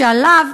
שעליו,